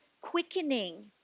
quickening